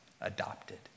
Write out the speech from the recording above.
adopted